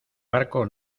barco